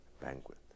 Banquet